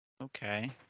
Okay